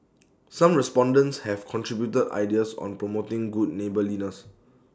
some respondents have contributed ideas on promoting good neighbourliness